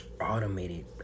automated